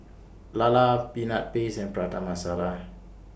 Lala Peanut Paste and Prata Masala